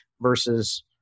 versus